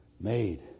Made